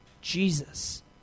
Jesus